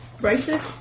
Braces